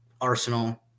Arsenal